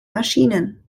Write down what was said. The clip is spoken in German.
maschinen